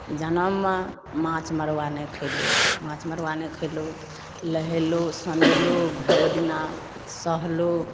जनममे माछ मरुआ नहि खेलहुँ माछ मरुआ नहि खेलहुँ नहेलहुँ सुनेलहुँ भरि दिना सहलहुँ